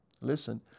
listen